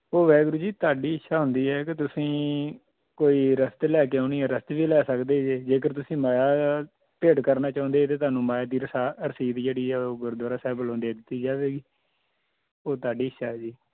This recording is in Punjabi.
ਉਹ ਵਾਹਿਗੁਰੂ ਜੀ ਤੁਹਾਡੀ ਇੱਛਾ ਹੁੰਦੀ ਹੈ ਕਿ ਤੁਸੀਂ ਕੋਈ ਰਸਤ ਲੈ ਕੇ ਆਉਣੀ ਆ ਰਸਤ ਵੀ ਲੈ ਸਕਦੇ ਜੇ ਜੇਕਰ ਤੁਸੀਂ ਮਾਇਆ ਭੇਟ ਕਰਨਾ ਚਾਹੁੰਦੇ ਤਾਂ ਤੁਹਾਨੂੰ ਮਾਇਆ ਦੀ ਰਸਾ ਰਸੀਦ ਜਿਹੜੀ ਹੈ ਉਹ ਗੁਰਦੁਆਰਾ ਸਾਹਿਬ ਵੱਲੋਂ ਦੇ ਦਿੱਤੀ ਜਾਵੇਗੀ ਉਹ ਤੁਹਾਡੀ ਇੱਛਾ ਜੀ